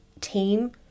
team